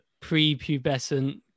prepubescent